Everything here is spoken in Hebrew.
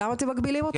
למה אתם מגבילים אותו?